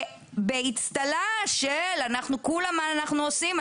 באצטלה של כולה מה אנחנו עושים?